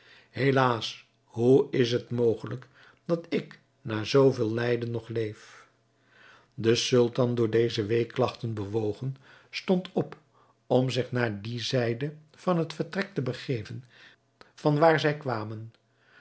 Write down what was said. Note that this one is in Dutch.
helaas hoe is het mogelijk dat ik na zooveel lijden nog leef de sultan door deze weeklagten bewogen stond op om zich naar die zijde van het vertrek te begeven van waar zij kwamen